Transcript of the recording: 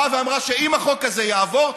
באה ואמרה שאם החוק הזה יעבור,